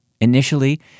Initially